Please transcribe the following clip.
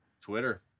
Twitter